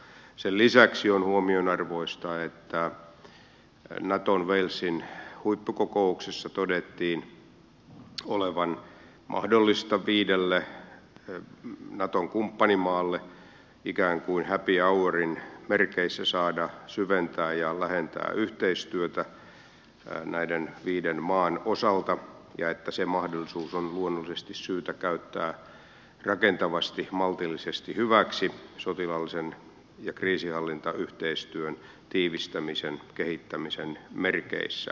sen lisäksi on huomionarvoista että naton walesin huippukokouksessa todettiin olevan mahdollista viidelle naton kumppanimaalle ikään kuin happy hourin merkeissä saada syventää ja lähentää yhteistyötä näiden viiden maan osalta ja että se mahdollisuus on luonnollisesti syytä käyttää rakentavasti maltillisesti hyväksi sotilaallisen ja kriisinhallintayhteistyön tiivistämisen kehittämisen merkeissä